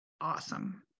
awesome